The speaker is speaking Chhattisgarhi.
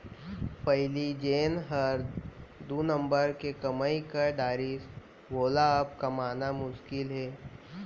पहिली जेन हर दू नंबर के कमाई कर डारिस वोला अब कमाना मुसकिल हे